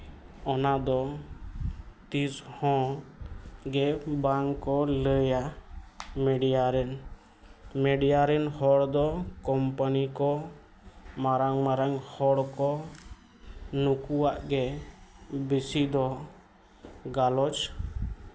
ᱚᱱᱟ ᱫᱚ ᱛᱤᱥ ᱦᱚᱸ ᱜᱮ ᱵᱟᱝᱠᱚ ᱞᱟᱹᱭᱟ ᱢᱤᱰᱤᱭᱟ ᱨᱮᱱ ᱢᱤᱰᱤᱭᱟ ᱨᱮᱱ ᱦᱚᱲ ᱠᱳᱢᱯᱟᱱᱤ ᱠᱚ ᱢᱟᱨᱟᱝ ᱢᱟᱨᱟᱝ ᱦᱚᱲ ᱠᱚ ᱱᱩᱠᱩᱣᱟᱜ ᱜᱮ ᱵᱮᱹᱥᱤ ᱫᱚ ᱜᱟᱞᱚᱪ